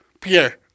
pierre